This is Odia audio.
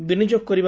ବିନିଯୋଗ କରିବ